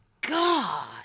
God